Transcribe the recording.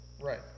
Right